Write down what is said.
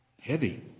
heavy